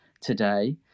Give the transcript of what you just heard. today